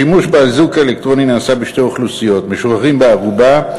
השימוש באיזוק האלקטרוני נעשה בשתי אוכלוסיות: משוחררים בערובה,